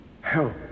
help